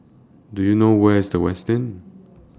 Do YOU know Where IS The Westin